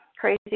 crazy